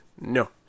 No